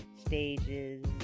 stages